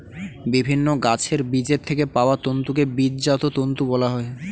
বিভিন্ন গাছের বীজের থেকে পাওয়া তন্তুকে বীজজাত তন্তু বলা হয়